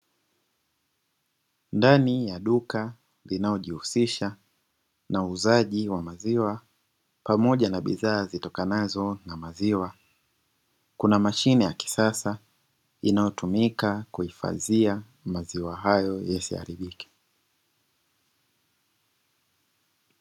Ndani ya duka linalojihusisha na uuzaji wa maziwa pamoja na bidhaa zitokanazo na maziwa, kuna mashine ya kisasa inayotumika kuhifadhia maziwa hayo yasiharibike.